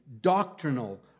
doctrinal